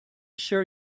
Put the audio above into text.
sure